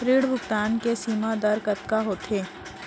ऋण भुगतान के सीमा दर कतका होथे?